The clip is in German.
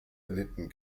erlitten